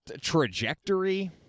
trajectory